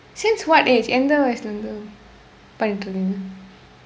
since what age எந்த வயசில இருந்து பண்ணிட்டு இருக்கீங்க:endtha vayasila irundthu pannitdu irukiingka